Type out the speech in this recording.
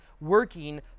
working